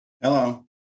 Hello